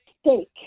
steak